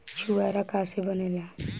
छुआरा का से बनेगा?